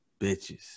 bitches